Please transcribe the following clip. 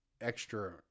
extra